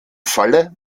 falle